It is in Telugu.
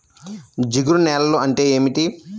జిగురు నేలలు అంటే ఏమిటీ?